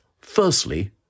Firstly